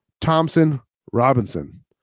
Thompson-Robinson